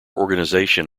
organization